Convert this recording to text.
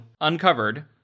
uncovered